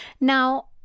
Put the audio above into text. Now